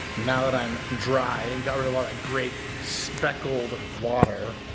now that i'm dry and got rid of all that grape speckled water.